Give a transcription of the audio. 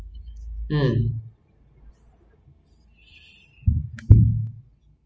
um